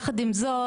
יחד עם זאת,